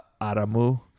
Aramu